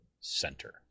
center